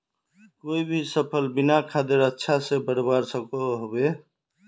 कोई भी सफल बिना खादेर अच्छा से बढ़वार सकोहो होबे?